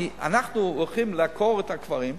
כי אנחנו הולכים לעקור את הקברים,